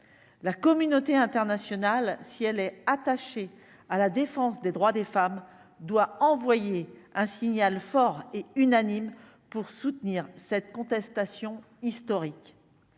la communauté internationale, si elle est attachée à la défense des droits des femmes doit envoyer un signal fort et unanime pour soutenir cette contestation historique